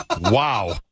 Wow